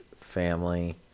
family